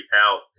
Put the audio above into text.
out